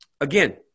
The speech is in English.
again